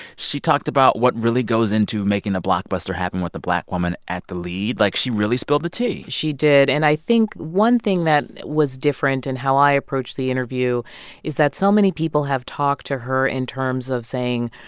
she talked about what really goes into making a blockbuster happen with a black woman at the lead. like, she really spilled the tea she did. and i think one thing that was different in how i approached the interview is that so many people have talked to her in terms of saying,